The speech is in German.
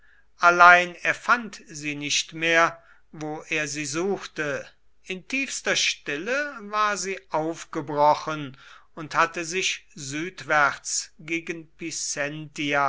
allein er fand sie nicht mehr wo er sie suchte in tiefster stille war sie aufgebrochen und hatte sich südwärts gegen